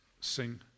sing